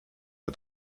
der